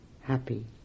happy